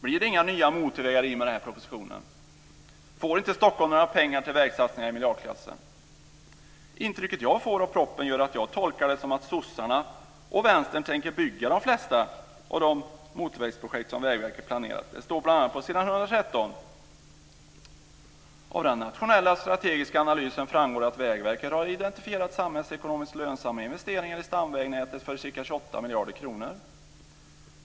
Blir det inga nya motorvägar i och med den här propositionen? Får inte Stockholm några pengar till vägsatsningar i miljardklassen? Det intryck som jag får av proppen gör att jag tolkar det som att Socialdemokraterna och Vänstern tänker bygga de flesta av de motorvägsprojekt som Det står på s. 113, för att ge ett exempel: Av den nationella strategiska analysen framgår att Vägverket har identifierat samhällsekonomiskt lönsamma investeringar i stamvägnätet för ca 28 miljarder kronor.